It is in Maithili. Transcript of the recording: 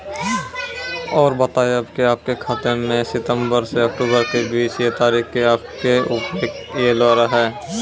और बतायब के आपके खाते मे सितंबर से अक्टूबर के बीज ये तारीख के आपके के रुपिया येलो रहे?